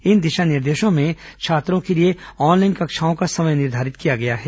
इन दिशा निर्देशों में छात्रों के लिए ऑनलाइन कक्षाओं का समय निर्धारित किया गया है